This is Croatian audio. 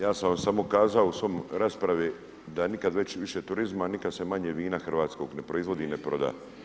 Ja sam vam samo kazao u svojoj raspravi da nikad više turizma a nikad sve manje vina hrvatskog ne proizvodi i ne proda.